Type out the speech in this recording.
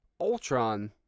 Ultron